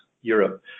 Europe